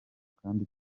kandi